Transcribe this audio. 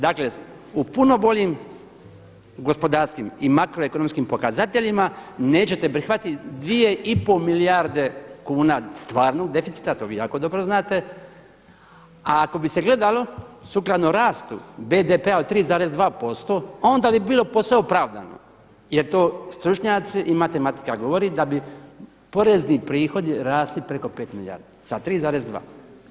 Dakle u puno boljim gospodarskim i makroekonomskim pokazateljima nećete prihvatiti 2,5 milijarde kuna stvarnog deficita, to vi jako dobro znate, a ako bi se gledalo sukladno rastu BDP-a od 3,2% onda bi bilo posve opravdano jer to stručnjaci i matematika govori da bi porezni prihodi rasli preko 5 milijardi sa 3,2.